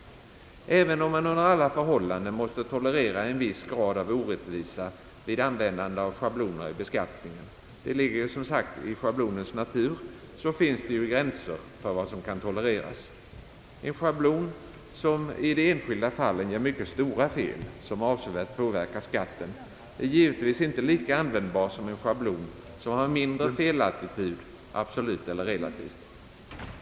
Även om man under alla förhållanden måste tolerera en viss grad av orättvisa vid användande av schabloner i beskattningen — det ligger som sagt i schablonens natur — finns det gränser för vad som kan tolereras. En schablon som i de enskilda fallen ger mycket stora fel, vilka avsevärt påverkar skatten, är givetvis inte lika användbar som en schablon, vilken har en mindre fellatitud absolut eller relativt.